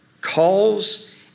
calls